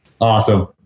Awesome